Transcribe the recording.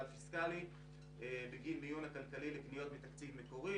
הפיסקלי בגין המיון הכלכלי לקניות מתקציב מקורי.